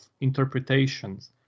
interpretations